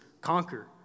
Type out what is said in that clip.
conquer